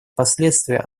последствия